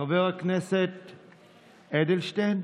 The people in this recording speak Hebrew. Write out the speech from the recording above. חבר הכנסת אדלשטיין,